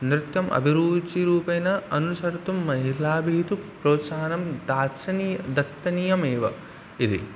नृत्यम् अभिरुचिरूपेण अनुसर्तुं महिलाभिः तु प्रोत्साहनं दात्सनी दत्तनीयमेव इति